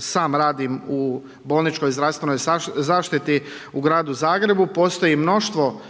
sam radim u bolničkoj zdravstvenoj zaštiti u gradu Zagrebu postoji mnoštvo